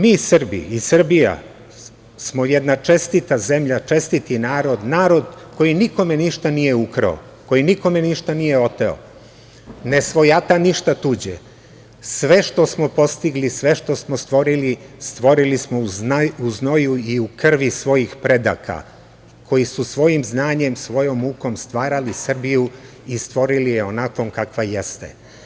Mi Srbi i Srbija smo jedna čestita zemlja, čestiti narod, narod koji nikome ništa nije ukrao, koji nikome ništa nije oteo, ne svojata ništa tuđe, sve što smo postigli, sve što smo stvorili, stvorili smo u znoju i u krvi svojih predaka koji su svojim znanjem, svojom mukom stvarali Srbiju i stvorili je onakvom kakva jeste.